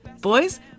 Boys